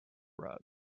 rug